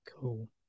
Cool